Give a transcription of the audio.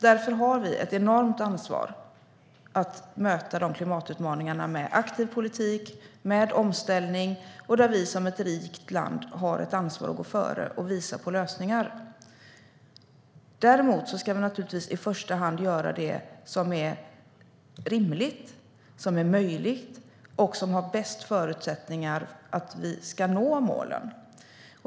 Därför har vi ett enormt ansvar för att möta de klimatutmaningarna med aktiv politik och med omställning, där vi som ett rikt land har ett ansvar för att gå före och visa på lösningar. Däremot ska vi naturligtvis i första hand göra det som är rimligt och möjligt och som ger bäst förutsättningar att nå målen.